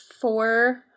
four